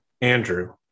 Andrew